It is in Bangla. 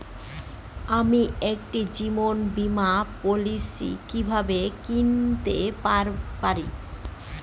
আমি একটি জীবন বীমা পলিসি কিভাবে কিনতে পারি?